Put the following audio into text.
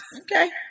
Okay